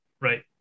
right